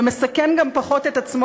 ומסכן גם פחות את עצמו,